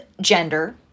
gender